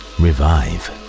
revive